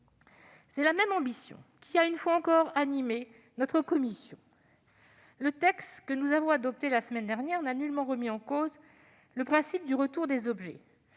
C'est la même ambition qui a, une fois encore, animé notre commission. Le texte que nous avons adopté la semaine dernière n'a nullement remis en cause le principe du retour des objets.